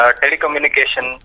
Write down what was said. telecommunication